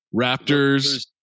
Raptors